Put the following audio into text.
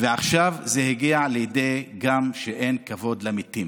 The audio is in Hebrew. ועכשיו זה הגיע גם לידי כך שאין כבוד למתים.